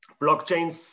blockchain